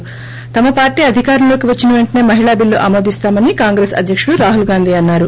ి తమ పార్టీ అధికారంలోకి వచ్చిన వెంటనే మహిళా బిల్లు ఆమోదిస్తామని కాంగ్రెస్ అధ్యక్షుడు రాహుల్ గాంధీ అన్నారు